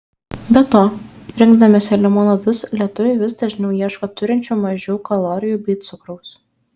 be to rinkdamiesi limonadus lietuviai vis dažniau ieško turinčių mažiau kalorijų bei cukraus